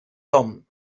don